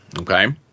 okay